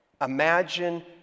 Imagine